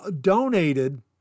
donated